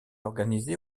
organisé